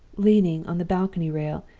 leaning on the balcony rail,